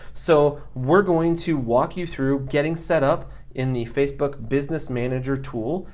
so, we're going to walk you through getting set up in the facebook business manager tool,